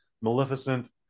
Maleficent